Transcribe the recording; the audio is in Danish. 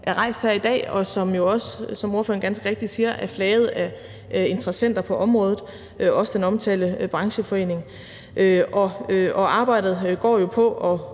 er rejst her i dag, og som jo også, som ordføreren ganske rigtigt siger, er flaget af interessenter på området, også den omtalte brancheforening. Arbejdet går jo på at